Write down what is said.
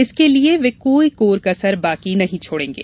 इसके लिये वे कोई कोर कसर बाकी नहीं छोड़ेंगे